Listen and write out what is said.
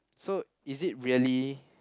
so is it really